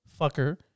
fucker